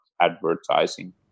advertising